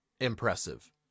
impressive